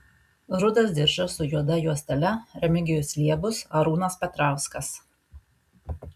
rudas diržas su juoda juostele remigijus liebus arūnas petrauskas